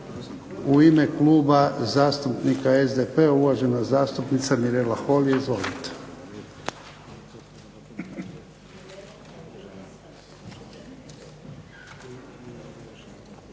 U ime Kluba zastupnika SDP-a uvažena zastupnica Mirela Holy. Izvolite.